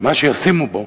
מה שישימו בו